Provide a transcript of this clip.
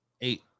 Eight